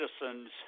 citizens